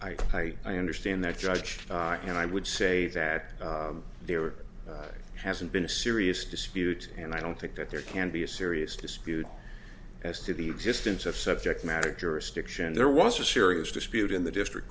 i i i understand that judge and i would say that there hasn't been a serious dispute and i don't think that there can be a serious dispute as to the existence of subject matter jurisdiction there was a serious dispute in the district